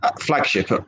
flagship